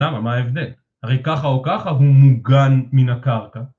למה, מה ההבדל, הרי ככה או ככה הוא מוגן מן הקרקע.